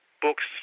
books